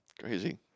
Crazy